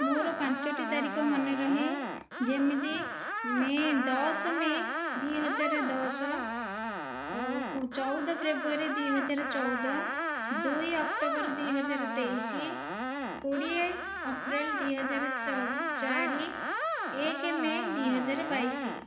ମୋର ପାଞ୍ଚଗୋଟି ତାରିଖ ମନେରହେ ଯେମିତି ମେ' ଦଶ ମେ' ଦୁଇହଜାର ଦଶ ଚଉଦ ଫେବୃଆରୀ ଦୁଇହଜାର ଚଉଦ ଦୁଇ ଅକ୍ଟୋବର ଦୁଇହଜାର ତେଇଶ କୋଡ଼ିଏ ଅପ୍ରେଲ୍ ଦୁଇହଜାର ଚାରି ଏକ ମେ' ଦୁଇହଜାର ବାଇଶ